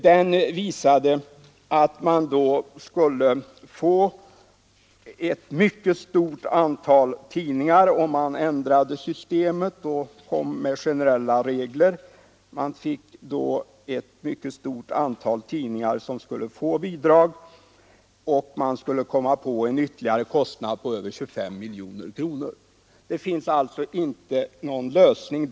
Den motionen visade dock, att om vi ändrade systemet och införde generella regler skulle ett mycket stort antal tidningar få bidrag, och det skulle bli en ytterligare kostnad på 25 miljoner kronor. Med generella regler finns det alltså där ingen lösning.